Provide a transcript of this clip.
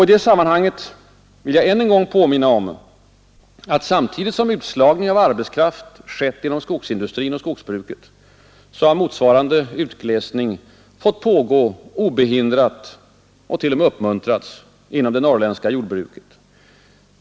I det sammanhanget vill jag än en gång påminna om att samtidigt som utslagning av arbetskraft skett inom skogsindustrin och skogsbruket, har motsvarande utglesning obehindrat fått pågå och t.o.m. uppmuntrats inom det norrländska jordbruket.